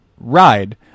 ride